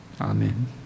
Amen